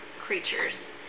creatures